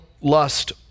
lust